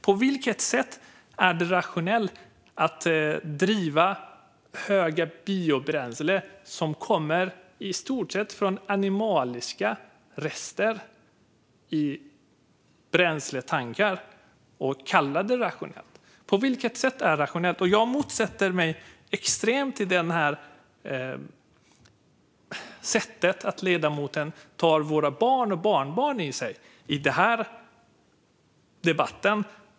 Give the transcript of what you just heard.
På vilket sätt är det rationellt att driva hög inblandning av biobränsle, som i stort sett kommer från animaliska rester, i bränsletankar? På vilket sätt är allt detta rationellt? Jag motsätter mig extremt mycket ledamotens sätt att hänvisa till våra barn och barnbarn i den här debatten.